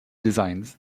designs